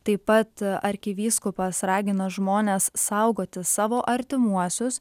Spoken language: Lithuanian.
taip pat arkivyskupas ragina žmones saugoti savo artimuosius